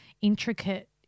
intricate